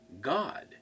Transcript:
God